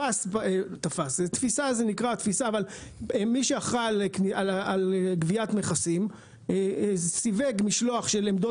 מי שאחראי על גביית מכסים סיווג משלוח של עמדות